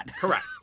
Correct